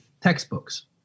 textbooks